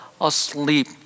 asleep